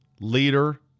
leader